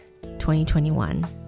2021